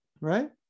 right